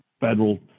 federal